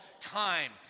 time